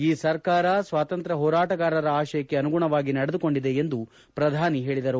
ಈ ಸರ್ಕಾರ ಸ್ವಾತಂತ್ರ್ಯ ಹೋರಾಟಗಾರರ ಆಶಯಕ್ಕೆ ಅನುಗುಣವಾಗಿ ನಡೆದುಕೊಂಡಿದೆ ಎಂದು ಪ್ರಧಾನಿ ಹೇಳಿದರು